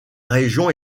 région